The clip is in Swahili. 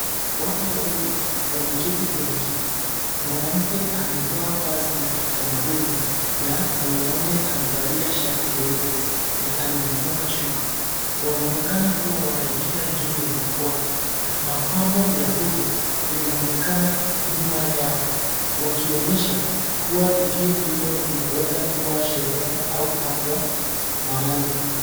Watu wawili wameketi kwenye kiti. Mwanamke amevaa vazi la kitamaduni na mwanaume amevalia shati jeupe na amejifunga shuka. Wanaonekana kuwa wanaigiza juu ya jukwaa. Mapambo ya puto yanaonekana nyuma yao, wakionyesha kuwa tukio hilo linaweza kuwa sherehe au hafla maalum.